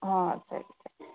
ಹಾಂ ಸರಿ ಸರಿ